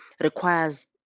requires